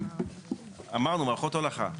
אמרנו מערכות הולכה,